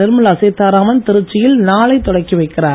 நிர்மலா சீத்தாராமன் திருச்சியில் நாளை தொடக்கி வைக்கிறார்